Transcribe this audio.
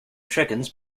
chickens